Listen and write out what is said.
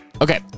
Okay